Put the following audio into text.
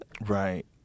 Right